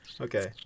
Okay